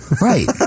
Right